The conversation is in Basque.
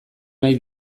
nahi